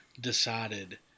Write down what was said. decided